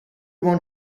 want